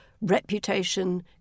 reputation